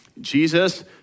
Jesus